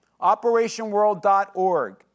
operationworld.org